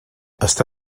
està